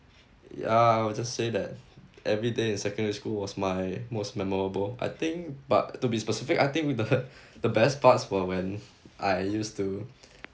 ya I will just say that every day in secondary school was my most memorable I think but to be specific I think with the the best parts were when I used to